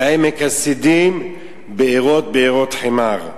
ועמק השידים בארות בארות חמר.